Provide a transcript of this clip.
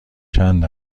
چند